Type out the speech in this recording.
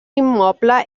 immoble